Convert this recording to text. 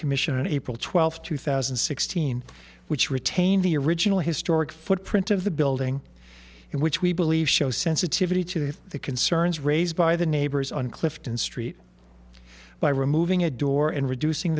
commission april twelfth two thousand and sixteen which retained the original historic footprint of the building in which we believe show sensitivity to have the concerns raised by the neighbors on clifton street by removing a door and reducing